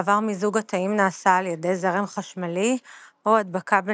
בעבר מיזוג התאים נעשה על ידי זרם חשמלי או הדבקה בנגיף.